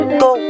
go